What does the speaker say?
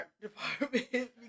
department